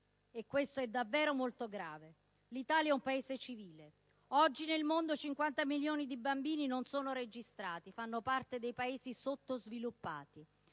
Questo è davvero molto grave. L'Italia è un Paese civile. Oggi nel mondo 50 milioni di bambini non sono registrati: fanno parte dei Paesi sottosviluppati.